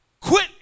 Quit